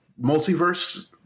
multiverse